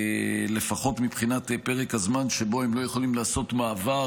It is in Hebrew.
לפחות מבחינת פרק הזמן שבו הם לא יכולים לעשות מעבר